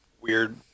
weird